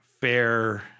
fair